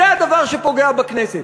זה הדבר שפוגע בכנסת.